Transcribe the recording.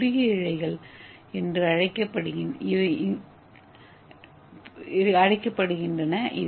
இந்த குறுகிய இழைகள் என்று அழைக்கப்படுகின்றன